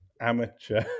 amateur